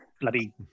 bloody